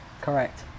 correct